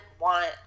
want